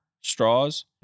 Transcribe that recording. straws